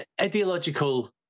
ideological